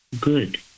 good